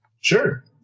Sure